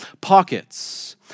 pockets